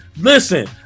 Listen